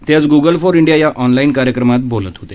ते आज Google for India या ऑनलाईन कार्यक्रमात बोलत होते